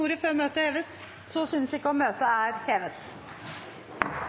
ordet før møtet heves? – Møtet er hevet.